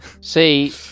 See